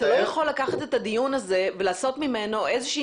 אתה לא יכול לקחת את הדיון הזה ולעשות ממנו איזושהי